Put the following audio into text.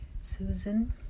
Susan